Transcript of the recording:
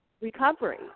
recovery